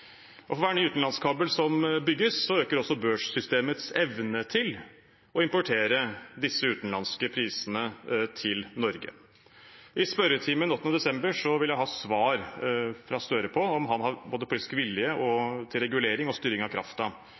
For hver ny utenlandskabel som bygges, øker også børssystemets evne til å importere disse utenlandske prisene til Norge. I spørretimen 8. desember ville jeg ha svar fra Støre på om han har politisk vilje til både regulering og styring av